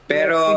Pero